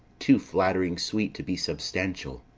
too flattering-sweet to be substantial.